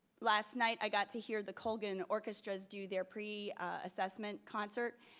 last night, i got to hear the colgan orchestras do their pre-assessment concert.